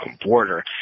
border